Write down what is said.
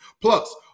Plus